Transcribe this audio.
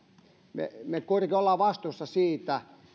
me olemme kuitenkin vastuussa siitä